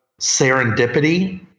serendipity